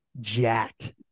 jacked